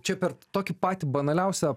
čia per tokį patį banaliausią